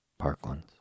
Parklands